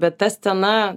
bet ta scena